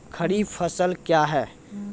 खरीफ फसल क्या हैं?